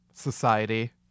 society